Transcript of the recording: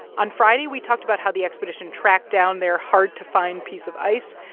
on friday, we talked about how the expedition tracked down their hard-to-find piece of ice,